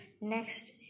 next